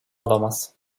olamaz